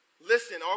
Listen